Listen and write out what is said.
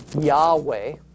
Yahweh